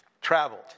traveled